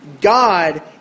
God